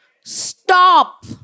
Stop